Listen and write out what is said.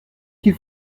qu’il